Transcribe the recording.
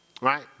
right